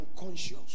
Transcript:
unconscious